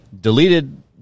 deleted